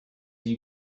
you